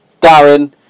Darren